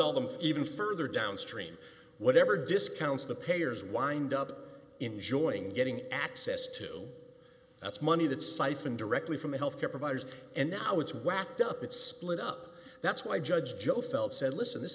sell them even further downstream whatever discounts the payers wind up enjoying getting access to that's money that's siphoned directly from health care providers and how it's backed up it's split up that's why judge said listen this